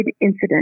incident